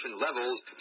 levels